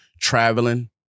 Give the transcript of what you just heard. traveling